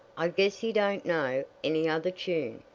i guess he don't know any other tune.